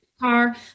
car